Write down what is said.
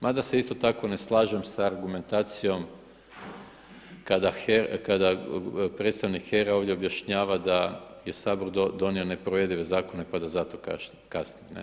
Mada se isto tako ne slažem sa argumentacijom kada predstavnik HERA-e ovdje objašnjava da je Sabor donio neprovedive zakone pa da zato kasne.